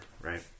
right